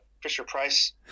Fisher-Price